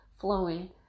flowing